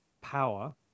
power